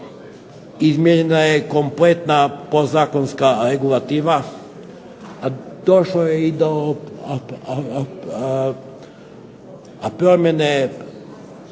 izmijenjena je kompletna podzakonska regulativa, a došlo je i do promjene